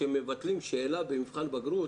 כשמבטלים שאלה במבחן בגרות,